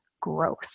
growth